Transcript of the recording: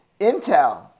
Intel